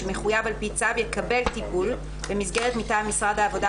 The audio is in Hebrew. שמחויב על פי צו יקבל טיפול במסגרת מטעם משרד העבודה,